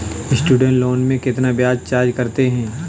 Student loan में कितना ब्याज चार्ज करते हैं?